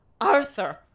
arthur